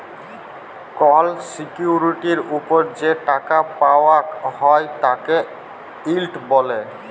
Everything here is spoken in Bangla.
কল সিকিউরিটির ওপর যে টাকা পাওয়াক হ্যয় তাকে ইল্ড ব্যলে